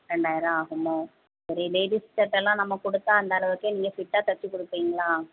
ரெண்டாயிரம் ஆகுமா சரி லேடிஸ் சட்டைல்லாம் நம்ம கொடுத்தா அந்தளவுக்கே நீங்கள் ஃபிட்டாக தைச்சு கொடுப்பீங்களா